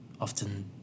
Often